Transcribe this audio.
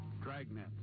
Dragnet